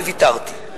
וויתרתי.